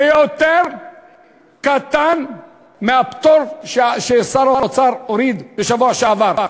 זה יותר קטן מהפטור ששר האוצר הוריד בשבוע שעבר.